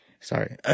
sorry –